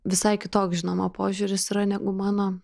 visai kitoks žinoma požiūris yra negu mano